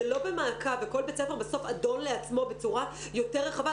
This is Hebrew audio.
לא במעקב וכל בית ספר בסוף אדון לעצמו בצורה יותר רחבה,